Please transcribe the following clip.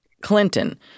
Clinton